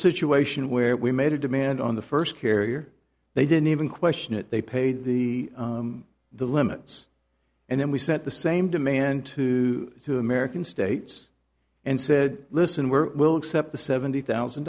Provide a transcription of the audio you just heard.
situation where we made a demand on the first carrier they didn't even question it they paid the the limits and then we set the same demand to two american states and said listen we're will accept the seventy thousand